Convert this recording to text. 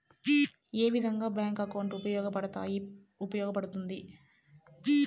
ఏ విధంగా bank account ఉపయోగపడతాయి పడ్తుంది